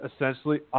essentially